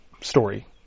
story